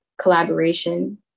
collaboration